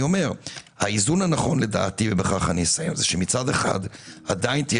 האיזון הנכון לדעתי הוא שמצד אחד עדיין תהיה